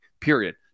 period